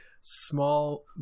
small